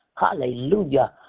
hallelujah